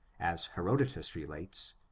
as herodotus relates,